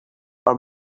are